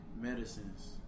medicines